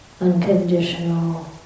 unconditional